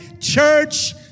church